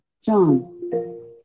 John